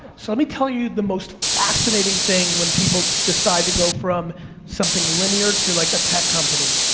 so let me tell you the most fascinating thing when people decide to go from something linear to like a tech company.